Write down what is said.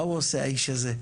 מה הוא עושה האיש הזה?